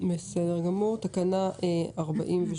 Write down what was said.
תקנה 48,